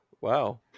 Wow